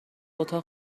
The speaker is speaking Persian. اتاق